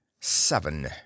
Seven